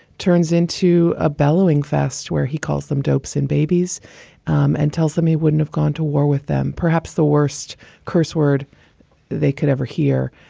turns into a bellowing fest where he calls them dopes and babies and tells them he wouldn't have gone to war with them. perhaps the worst curse word they could ever hear.